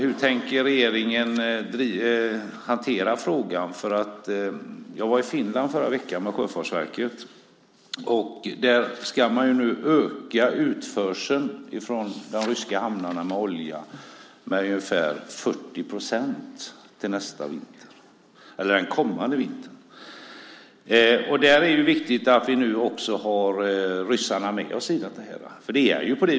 Hur tänker regeringen hantera frågan? Jag var i Finland med Sjöfartsverket förra veckan. Där ska man öka utförseln av olja från de ryska hamnarna med ungefär 40 procent den kommande vintern. Det är viktigt att vi har ryssarna med oss.